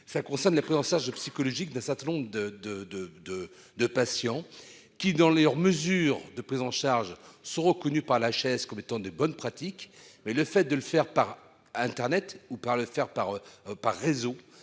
ça concerne la prudence psychologique d'un certain nombre de de de de de patients qui, dans leurs mesures de prises en charge sont reconnus par la chaise comme étant de bonne pratique. Mais le fait de le faire par Internet ou par le